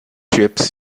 ships